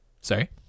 Sorry